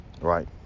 Right